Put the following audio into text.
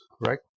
right